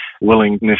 willingness